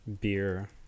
beer